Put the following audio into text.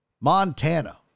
Montana